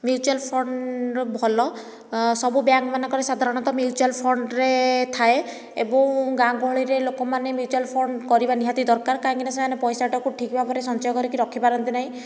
mutual fund ଭଲ ସବୁ bank ମାନଙ୍କରେ ସାଧାରଣତଃ ମ୍ୟୁଚୁଆଲ ଫଣ୍ଡରେ ଥାଏ ଏବଂ ଗାଁ ଗହଳିରେ ଲୋକମାନେ ମ୍ୟୁଚୁଆଲ ଫଣ୍ଡ କରିବା ନିହାତି ଦରକାର କାହିଁକି ନା ସେମାନେ ପଇସାଟାକୁ ଠିକ ଭାବରେ ସଞ୍ଚୟ କରିକି ରଖିପାରନ୍ତି ନାହିଁ